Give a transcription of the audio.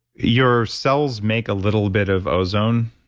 your cells make a little bit of ozone